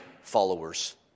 followers